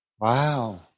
wow